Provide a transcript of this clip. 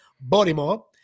Baltimore